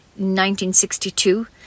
1962